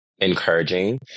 encouraging